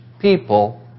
people